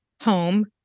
home